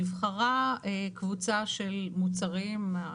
נבחרה קבוצה של מוצרים,